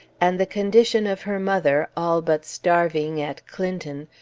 and the condition of her mother, all but starving at clinton,